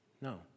No